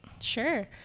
Sure